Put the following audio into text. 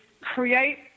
create